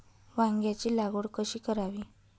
वांग्यांची लागवड कशी करावी?